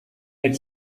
had